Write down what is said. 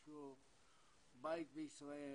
יש לו בית בישראל,